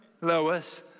Lois